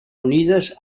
unides